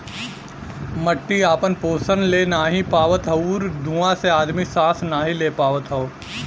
मट्टी आपन पोसन ले नाहीं पावत आउर धुँआ से आदमी सांस नाही ले पावत हौ